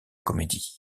comédie